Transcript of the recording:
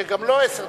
שגם לו עשר דקות.